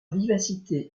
vivacité